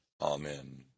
Amen